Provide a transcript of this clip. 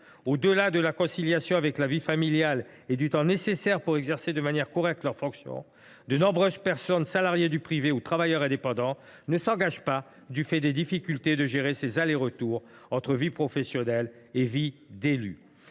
Au delà de la conciliation avec la vie familiale et du temps nécessaire pour exercer de manière correcte leurs fonctions, nombreux sont les salariés du privé ou les travailleurs indépendants à ne pas s’engager du fait des difficultés à gérer les allers retours entre vie professionnelle et vie d’élus.